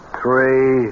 three